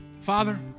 Father